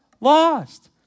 lost